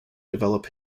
develop